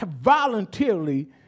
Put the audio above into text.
Voluntarily